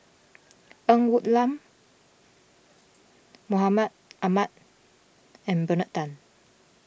Ng Woon Lam Mahmud Ahmad and Bernard Tan